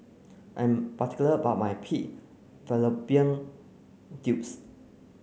I'm particular about my pig fallopian tubes